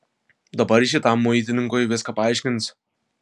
dabar ji šitam muitininkui viską paaiškins